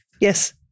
Yes